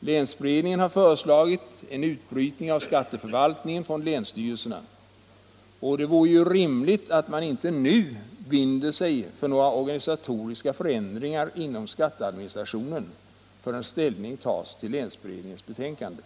Beredningen har föreslagit en utbrytning av skatteförvaltningen från länsstyrelserna, och det vore ju rimligt att man inte nu binder sig för några organisatoriska förändringar inom skatteadministrationen förrän ställning tas till länsberedningens betänkande.